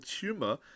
tumor